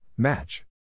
Match